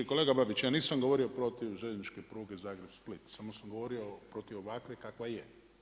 Kolega Babić, ja nisam govorio protiv željezničke pruge Zagreb-Split, samo sam govorio protiv ovakve kakva je.